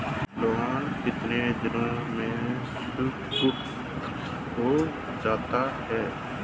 Loan कितने दिन में स्वीकृत हो जाता है?